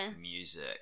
music